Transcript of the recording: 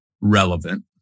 relevant